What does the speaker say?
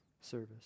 service